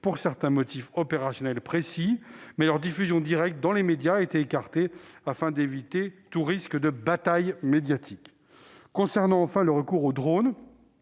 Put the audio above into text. pour certains motifs opérationnels précis, mais leur diffusion directe dans les médias a été écartée, pour éviter tout risque de « bataille médiatique ». S'agissant enfin du recours aux drones,